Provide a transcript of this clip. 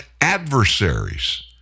Adversaries